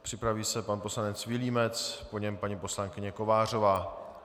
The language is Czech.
Připraví se pan poslanec Vilímec, po něm paní poslankyně Kovářová.